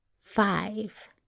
Five